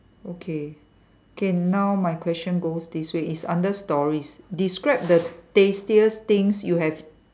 okay okay now my question goes this way is under stories describe the tastiest things you have